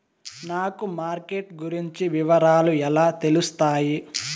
నాకు మార్కెట్ గురించి వివరాలు ఎలా తెలుస్తాయి?